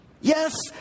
Yes